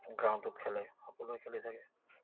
গ্ৰাউণ্ডটোত খেলে সকলোৱে খেলি থাকে